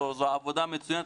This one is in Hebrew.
זו עבודה מצוינת.